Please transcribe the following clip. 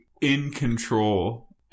in-control